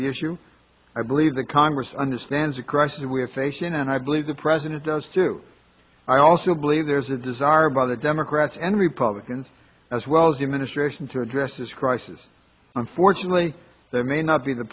the issue i believe that congress understands the crisis that we're facing and i believe the president does too i also believe there's a desire by the democrats and republicans as well as the ministration to address this crisis unfortunately that may not be the